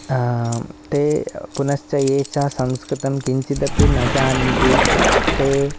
ते पुनश्च ये च संस्कृतं किञ्चिदपि न जानन्ति ते